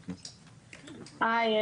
היי.